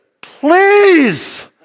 Please